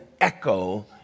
echo